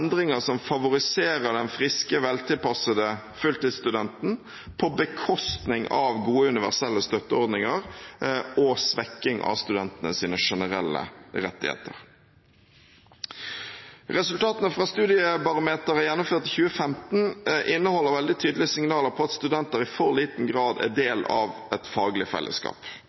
endringer som favoriserer den friske, veltilpassede fulltidsstudenten på bekostning av gode universelle støtteordninger og svekking av studentenes generelle rettigheter. Resultatene fra Studiebarometeret fra 2015 inneholder veldig tydelige signaler om at studenter i for liten grad er del av et faglig fellesskap.